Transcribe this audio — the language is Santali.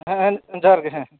ᱦᱮᱸ ᱦᱮᱸ ᱡᱚᱦᱟᱨ ᱜᱮ ᱦᱮᱸ